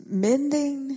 mending